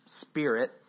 spirit